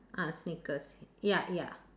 ah sneakers ya ya